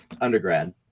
undergrad